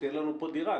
תהיה לנו פה דירה,